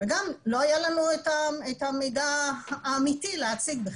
וגם לא היה לנו את המידע האמיתי להציג.